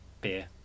beer